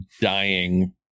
dying